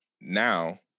now